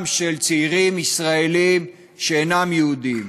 של צעירים ישראלים שאינם יהודים.